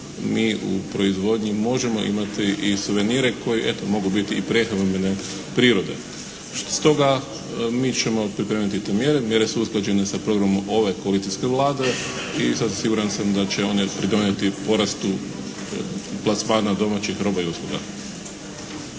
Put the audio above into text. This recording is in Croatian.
mi u proizvodnji možemo imati i suvenire koji eto mogu biti i prehrambene prirode. Stoga, mi ćemo pripremiti te mjere. Mjere su usklađene sa programom ove koalicijske Vlade i sasvim siguran sam da će one pridonijeti porastu plasmana domaćih roba i usluga.